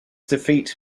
defeat